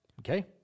Okay